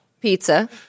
pizza